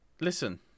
Listen